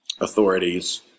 authorities